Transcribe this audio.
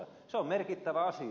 se on merkittävä asia